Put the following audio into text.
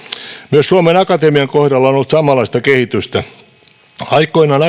myös suomen akatemian kohdalla on ollut samanlaista kehitystä aikoinaan